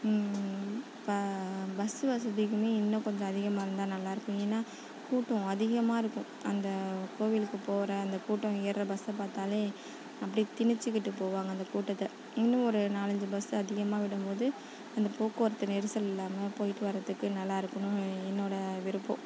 இப்போ பஸ் வசதிகளுமே இன்னும் கொஞ்சம் அதிகமாக இருந்தால் நல்லாயிருக்கும் ஏன்னா கூட்டம் அதிகமாக இருக்கும் அந்த கோவிலுக்கு போகிற அந்த கூட்டம் ஏறுற பஸ்ஸை பார்த்தாலே அப்படி திணிச்சிக்கிட்டு போவாங்க அந்த கூட்டத்தை இன்னும் ஒரு நாலஞ்சு பஸ் அதிகமாக விடும்போது அந்த போக்குவரத்து நெரிசல் இல்லாமல் போய்ட்டு வரத்துக்கு நல்லாயிருக்கும் என்னோடய விருப்பம்